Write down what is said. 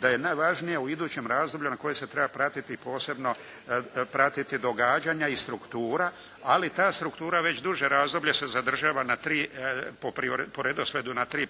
da je najvažnije u idućem razdoblju na kojem se treba pratiti posebno pratiti događanja i struktura, ali ta struktura već duže razdoblje se zadržava na tri, po redoslijedu na tri